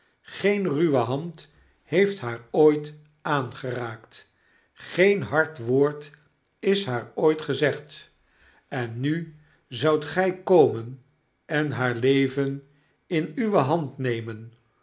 geen ruwe hand heeft haar ooit aangeraakt geen hard woord is haar ooit gezegd en nu zoudt gy komen en haar leven in uwe hand nemen